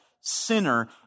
sinner